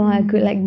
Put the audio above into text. mm